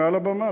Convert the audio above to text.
מעל הבמה,